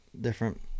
Different